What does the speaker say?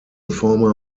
former